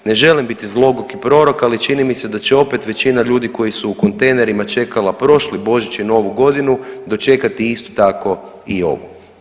Ne želim biti zloguki prorok, ali čini mi se da će opet većina ljudi koji su u kontejnerima čekala prošli Božić i novu godinu dočekati isto tako i ovu.